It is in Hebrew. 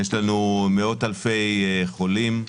יש לנו מאות אלפי חולים.